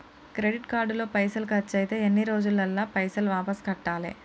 Credit card లో పైసల్ ఖర్చయితే ఎన్ని రోజులల్ల పైసల్ వాపస్ కట్టాలే?